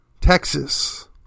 Texas